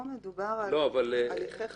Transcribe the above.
פה מדובר על הליכי חקירה.